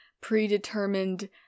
predetermined